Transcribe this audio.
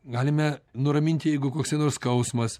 galime nuraminti jeigu koks skausmas